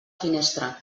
finestra